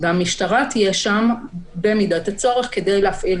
והמשטרה תהיה שם במידת הצורך כדי להפעיל